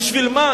בשביל מה?